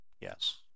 Yes